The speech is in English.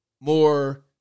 more